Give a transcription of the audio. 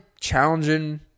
challenging